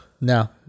no